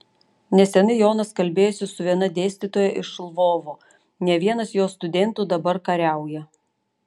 neseniai jonas kalbėjosi su viena dėstytoja iš lvovo ne vienas jos studentų dabar kariauja